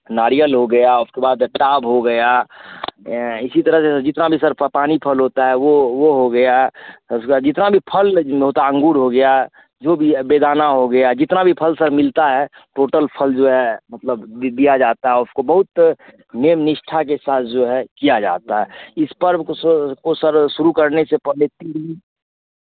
नारियल हो गया उसके बाद टाब हो गया इसी तरह जितना भी सर पानी फल होता है वो वो हो गया सर उसके बाद जितना भी फल होता अँगूर हो गया जो भी है बेदाना हो गया जितना भी फल सर मिलता है टोटल फल जो है मतलब दिया जाता है उसको बहुत नियम निष्ठा के साथ जो है किया जाता है इस पर्व को को सर शुरू करने से पहले तीन